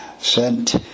sent